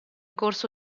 corso